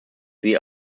siehe